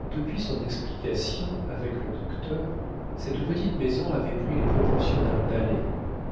depuis son explication avec le docteur cette petite maison avait pris les proportions d'un palais